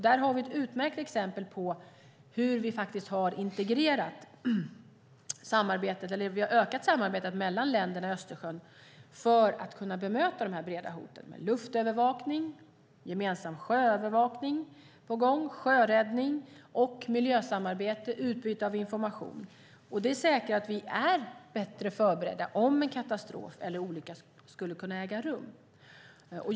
Där har vi ett utmärkt exempel på hur vi har ökat samarbetet mellan länderna i Östersjöregionen för att kunna bemöta de breda hoten genom luftövervakning, gemensam sjöövervakning, sjöräddning, miljösamarbete och utbyte av information. Det säkrar att vi är bättre förberedda om en katastrof eller olycka skulle äga rum.